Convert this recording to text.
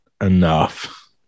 enough